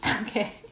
Okay